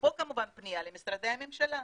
ופה כמובן הפניה למשרדי הממשלה.